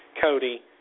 Cody